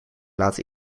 laten